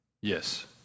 Yes